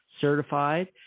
certified